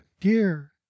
dear